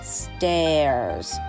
stairs